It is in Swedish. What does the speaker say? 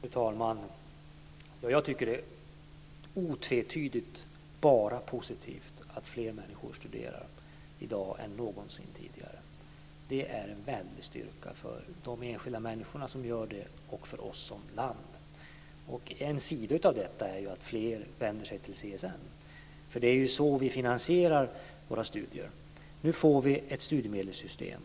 Fru talman! Jag tycker att det är otvetydigt bara positivt att fler människor studerar i dag än någonsin tidigare. Det är en väldig styrka för de enskilda människorna och för oss som land. En sida av detta är att fler människor vänder sig till CSN. Det är så vi finansierar våra studier. Nu får vi ett studiemedelssystem